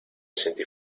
sentí